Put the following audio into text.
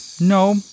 No